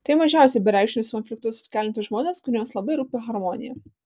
tai mažiausiai bereikšmius konfliktus keliantys žmonės kuriems labai rūpi harmonija